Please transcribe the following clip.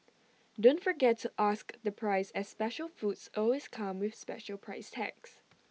don't forget to ask the price as special foods always come with special price tags